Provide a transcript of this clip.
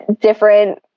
different